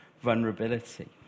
vulnerability